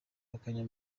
bakajya